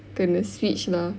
kena switch lah